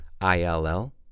i-l-l